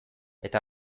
eta